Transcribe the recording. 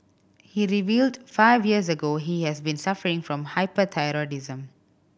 he revealed five years ago he has been suffering from hyperthyroidism